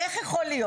איך יכול להיות?